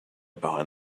behind